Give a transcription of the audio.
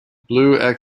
blue